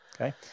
Okay